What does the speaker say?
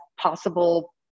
possible